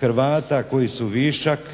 Hrvata koji su višak,